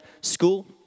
school